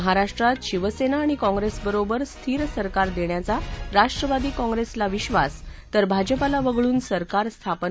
महाराष्ट्रात शिवसेना आणि काँग्रेसबरोबर स्थिर सरकार देण्याचा राष्ट्रवादी काँग्रेसला विश्वास तर भाजपाला वगळून सरकार स्थापन